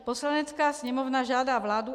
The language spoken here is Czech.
Poslanecká sněmovna žádá vládu,